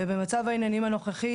ובמצב העניינים הנוכחי,